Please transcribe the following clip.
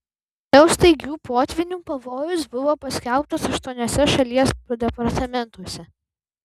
dėl staigių potvynių pavojus buvo paskelbtas aštuoniuose šalies departamentuose